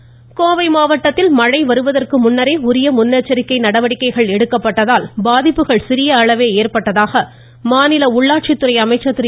வேலுமணி கோவை மாவட்டத்தில் மழை வருவதற்கு முன்னரே உயிய முன்னெச்சரிக்கை எடுக்கப்பட்டதால் பாதிப்பு சிறிய அளவே ஏற்பட்டதாக மாநில உள்ளாட்சித்துறை அமைச்சர் திரு